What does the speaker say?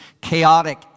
chaotic